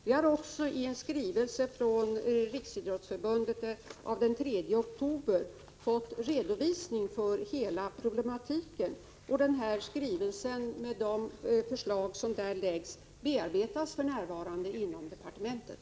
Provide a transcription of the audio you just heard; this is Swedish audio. Vi har också i skrivelse från Riksidrottsförbundet av den 3 oktober fått en redovisning av hela problematiken, och skrivelsen med de förslag som där läggs fram bearbetas för närvarande inom departementet.